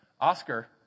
Oscar